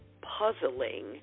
puzzling